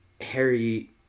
Harry